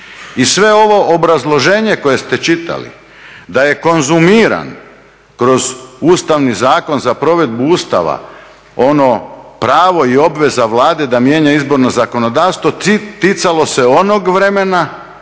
I sve ovo obrazloženje koje ste čitali da je konzumiran kroz ustavni Zakon za provedbu ustava ono pravo i obveza Vlade da mijenja izborno zakonodavstvo ticalo se onog vremena